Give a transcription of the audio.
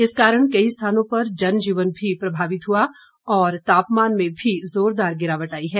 इस कारण कई स्थानों पर जगजीवन भी प्रभावित हुआ और तापमान में भी जोरदार गिरावट आई है